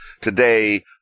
today